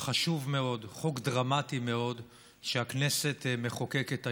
חשוב מאוד, חוק דרמטי מאוד שהכנסת מחוקקת היום,